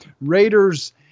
Raiders